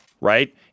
right